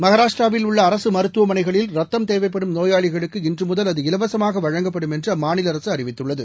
மகாராஷ்டிராவில் உள்ள அரசு மருத்துவமனைகளில் ரத்தம் தேவைப்படும் நோயாளிகளுக்கு இன்று முதல் அது இலவசமாக வழங்கப்படும் என்று அம்மாநில அரசு அறிவித்துள்ளது